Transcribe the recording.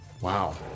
Wow